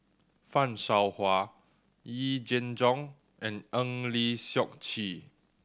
Fan Shao Hua Yee Jenn Jong and Eng Lee Seok Chee